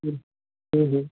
হুম হুম হুম